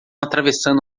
atravessando